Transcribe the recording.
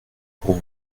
pour